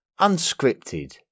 unscripted